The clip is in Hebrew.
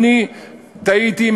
אני טעיתי,